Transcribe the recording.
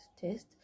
test